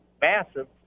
massive